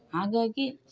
ಹಾಗಾಗಿ